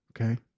Okay